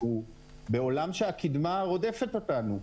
אנחנו בעולם שהקדמה רודפת אותנו.